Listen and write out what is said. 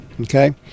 Okay